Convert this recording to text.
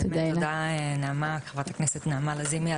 באמת תודה חברת הכנסת נעמה לזימי,